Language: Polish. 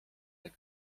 jak